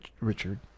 Richard